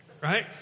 Right